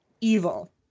Evil